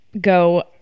go